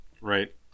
Right